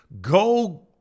go